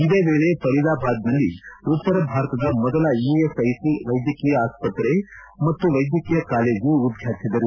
ಇದೇ ವೇಳೆ ಫರಿದಾಬಾದ್ನಲ್ಲಿ ಉತ್ತರ ಭಾರತದ ಮೊದಲ ಇಎಸ್ಐಸಿ ವೈದ್ಯಕೀಯ ಆಸ್ಪತ್ರೆ ಮತ್ತು ವೈದ್ಯಕೀಯ ಕಾಲೇಜು ಉದ್ವಾಟಿಸಿದರು